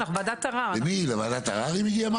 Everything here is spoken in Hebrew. את הרישום הפלילי של חברי הוועדה, מהמשטרה.